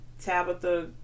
Tabitha